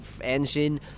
engine